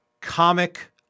Comic